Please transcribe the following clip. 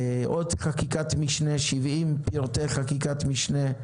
עוד חקיקת משנה 70 פרטי חקיקת משנה,